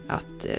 att